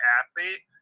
athlete